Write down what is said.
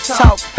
talk